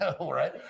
Right